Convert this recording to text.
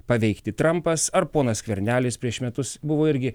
paveikti trampas ar ponas skvernelis prieš metus buvo irgi